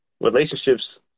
relationships